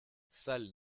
salle